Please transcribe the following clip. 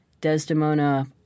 Desdemona